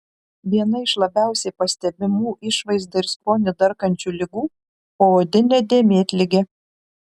viena iš labiausiai pastebimų išvaizdą ir skonį darkančių ligų poodinė dėmėtligė